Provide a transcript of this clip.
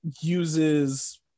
uses